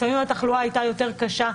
לפעמים התחלואה הייתה יותר קשה,